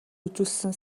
үзүүлсэн